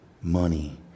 money